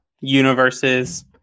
universes